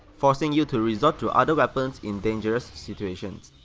forcing you to resort to other weapons in dangerous situations.